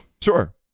Sure